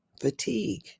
fatigue